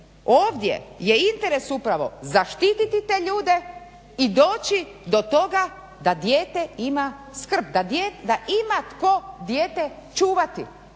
ovdje je interes upravo zaštititi te ljude i doći do toga da dijete ima skrb, da ima tko dijete čuvati.